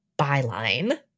byline